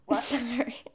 Sorry